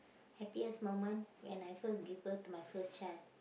happiest moment when I first give birth to my first child